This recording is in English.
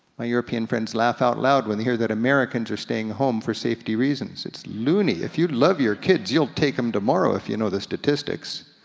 my european friends laugh at loud when they hear that americans are staying home for safety reasons. it's loony, if you love your kids you'll take em tomorrow if you know the statistics.